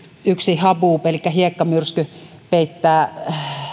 yksi habuub elikkä hiekkamyrsky peittää